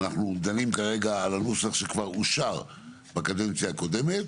אנחנו דנים כרגע על נוסח שכבר אושר בקדנציה הקודמת